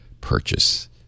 purchase